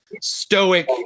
stoic